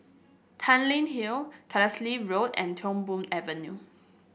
Tanglin Hill Carlisle Road and Tiong Poh Avenue